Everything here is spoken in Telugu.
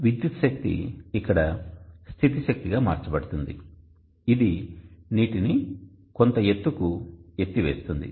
విద్యుత్ శక్తి ఇక్కడ స్థితి శక్తిగా మార్చబడుతుంది ఇది నీటిని కొంత ఎత్తుకు ఎత్తివేస్తుంది